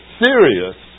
serious